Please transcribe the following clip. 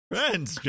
Friends